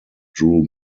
drew